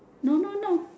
no no no